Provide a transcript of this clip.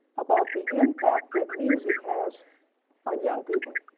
about the impact that music has on young people,